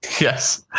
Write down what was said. Yes